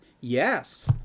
Yes